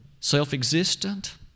Self-existent